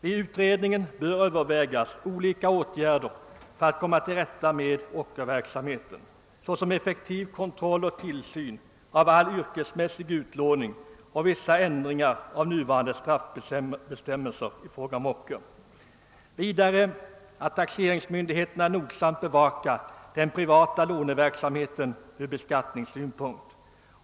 Vid utredningen bör övervägas olika åtgärder, såsom effektiv kontroll och tillsyn av all yrkesmässig utlåning och vissa ändringar av nuvarande straffbestämmelser i fråga om ocker. Man bör också beakta att taxeringsmyndigheterna nogsamt skall bevaka den privata låneverksamheten ur beskattningssynpunkt.